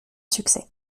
succès